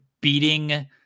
beating